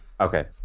okay